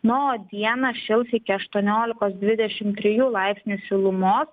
na o dieną šils iki aštuoniolikos dvidešim trijų laipsnių šilumos